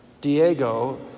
Diego